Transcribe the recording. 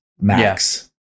max